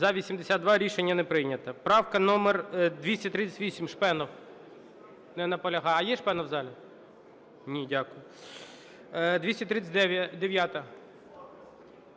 За-82 Рішення не прийнято. Правка номер 238, Шпенов. Не наполягає. Є Шпенов в залі? Ні. Дякую. 239-а.